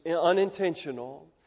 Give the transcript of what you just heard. unintentional